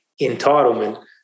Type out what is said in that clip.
entitlement